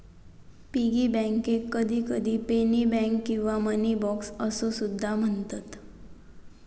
piggy बँकेक कधीकधी penny bank किंवा मनी बॉक्स असो सुद्धा म्हणतत